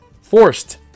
forced